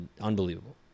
unbelievable